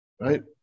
right